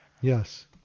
Yes